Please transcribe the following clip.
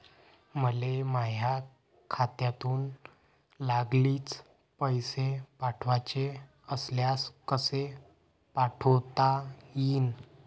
मले माह्या खात्यातून लागलीच पैसे पाठवाचे असल्यास कसे पाठोता यीन?